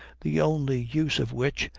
the only use of which,